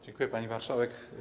Dziękuję, pani marszałek.